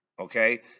Okay